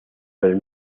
del